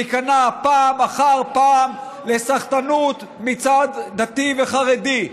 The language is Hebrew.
תיכנע פעם אחר פעם לסחטנות מצד דתי וחרדי.